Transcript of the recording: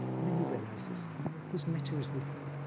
and then he realizes, no, his metta is with me.